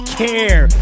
care